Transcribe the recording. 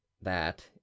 That